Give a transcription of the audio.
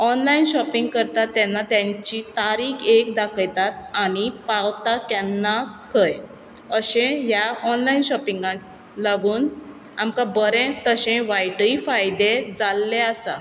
online shopping करता तेन्ना तेंचीं तारीक एक दाखयतात आनी पावता केन्ना खंय अशें ह्या ऑनलायन शॉपिंगांक लागून आमकां बरें तशें वायटय फायदे जाल्ले आसा